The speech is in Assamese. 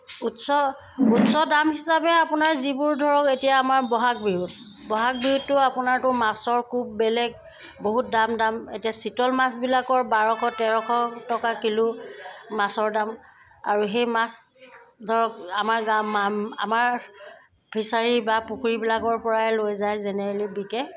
উচ্চ উচ্চ দাম হিচাপে আপোনাৰ যিবোৰ ধৰক এতিয়া আমাৰ বহাগ বিহুত বহাগ বিহুততো আপোনাৰতো মাছৰ কোব বেলেগ বহুত দাম দাম এতিয়া চিতল মাছবিলাকৰ বাৰশ তেৰশ টকা কিলো মাছৰ দাম আৰু সেই মাছ ধৰক আমাৰ গাঁও আমাৰ ফিচাৰী বা পুখুৰীবিলাকৰ পৰাই লৈ যায় জেনেৰেলি বিকে